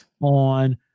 on